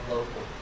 Local